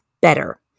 better